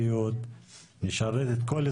פנים.